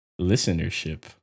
listenership